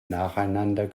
nacheinander